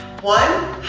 one.